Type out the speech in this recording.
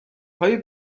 های